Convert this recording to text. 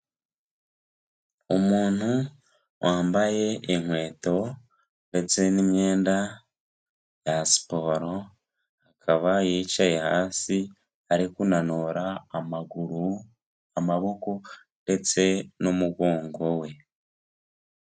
Umuntu wambaye inkweto ndetse n'imyenda ya siporo, akaba yicaye hasi ari kunanura amaguru, amaboko ndetse n'umugongo we.